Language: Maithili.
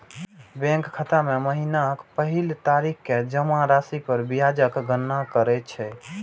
बैंक खाता मे महीनाक पहिल तारीख कें जमा राशि पर ब्याजक गणना करै छै